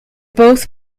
both